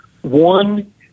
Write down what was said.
One